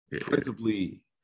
principally